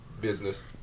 business